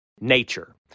Nature